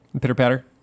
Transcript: Pitter-patter